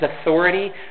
authority